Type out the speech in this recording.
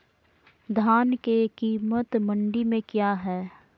धान के कीमत मंडी में क्या है?